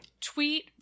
tweet